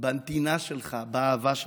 בנתינה שלך, באהבה שלך.